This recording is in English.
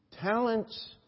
Talents